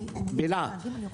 אתמול.